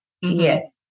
Yes